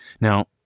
now